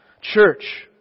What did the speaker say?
church